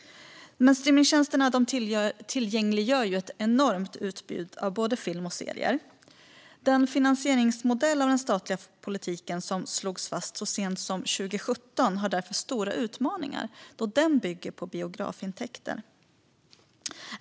Streamningstjänsterna tillgängliggör ett enormt utbud av både film och serier. Den finansieringsmodell av den statliga filmpolitiken som slogs fast så sent som 2017 har stora utmaningar, då den bygger på biografintäkter.